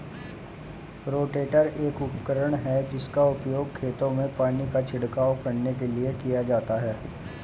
rotator एक उपकरण है जिसका उपयोग खेतों में पानी का छिड़काव करने के लिए किया जाता है